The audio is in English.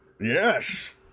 Yes